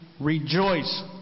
rejoice